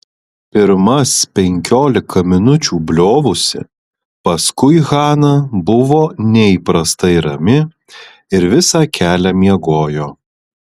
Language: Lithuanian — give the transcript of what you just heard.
pirmas penkiolika minučių bliovusi paskui hana buvo neįprastai rami ir visą kelią miegojo